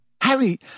Harry